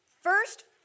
first